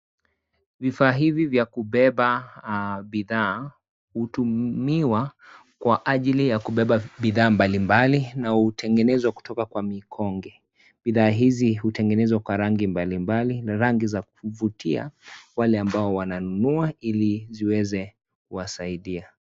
Vifaa hivi vya kubeba bidhaa hutumiwa kwa ajili ya kubeba bidhaa mbalimbali na hutengenezwa kutoka kwa mikonge. Bidhaa hizi hutengenezwa kwa rangi mbalimbali, na rangi za kuvutia wale ambao wananunua ili ziweze kuwasaidia